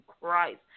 Christ